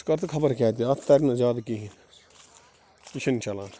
ژٕ کَر تہٕ خَبر کیٛاہ تہِ اَتھ تَگہِ نہٕ زیادٕ کِہیٖنٛۍ یہِ چھُنہٕ چَلان